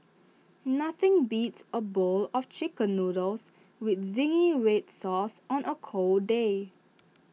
nothing beats A bowl of Chicken Noodles with Zingy Red Sauce on A cold day